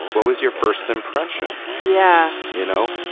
what was your first impression? yeah. you know,